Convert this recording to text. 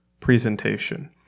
presentation